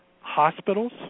hospitals